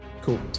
Cool